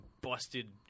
busted